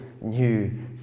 new